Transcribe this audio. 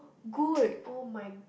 good oh my